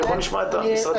בוא נשמע את המשרדים.